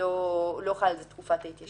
שלא חלה על זה תקופת ההתיישנות.